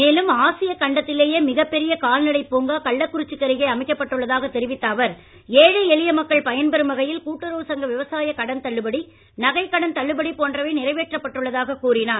மேலும் ஆசிய கண்டத்திலேயே மிகப் பெரிய கால்நடை பூங்கா கள்ளக்குறிச்சிக்கு அருகே அமைக்கப்பட்டுள்ளதாக தெரிவித்த அவர் ஏழை எளிய மக்கள் பயன்பெறும் வகையில் கூட்டுறவு சங்க விவசாய கடன் தள்ளுபடி நகை கடன் தள்ளுபடி போன்றவை நிறைவேற்றப்பட்டுள்ளதாக கூறினார்